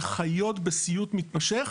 שחיות בסיוט מתמשך